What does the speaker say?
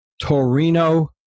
Torino